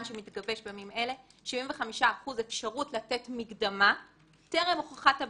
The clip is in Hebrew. שמתגבש בימים אלה 75% אפשרות לתת מקדמה טרם הוכחת הביצוע,